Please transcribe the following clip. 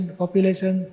population